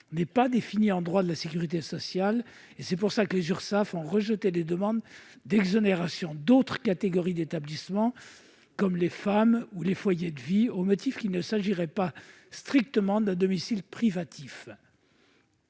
n'est pas définie en droit de la sécurité sociale, et c'est pour cette raison que les Urssaf ont rejeté les demandes d'exonération d'autres catégories d'établissements, comme les foyers d'accueil médicalisé, les FAM, ou les foyers de vie, au motif qu'il ne s'agirait pas strictement d'un domicile privatif.